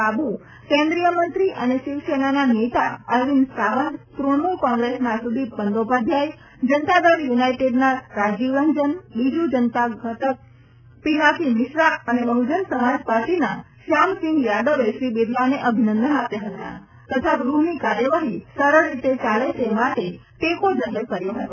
બાબુ કેન્દ્રીય મંત્રી અને શિવસેનાના નેતા અરવિંદ સાવંત ત્રજ઼મૂલ કોંગ્રેસના સુદીપ બંદોપાધ્યાય જનતા દળ યુનાઇટેડના રાજીવ રંજન બીજુ જનતા ઘટન પિનાકી મિશ્રા અને બહુજન સમાજ પાર્ટીના શ્યામસિંઘ યાદવે શ્રી બિરલાને અભિનંદન આપ્યા હતા તથા ગૃહની કાર્યવાહી સરળ રીતે ચાલે તે માટે ટેકો જાહેર કર્યો હતો